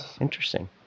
Interesting